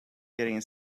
getting